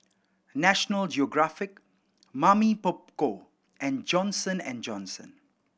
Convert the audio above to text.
National Geographic Mamy Poko and Johnson and Johnson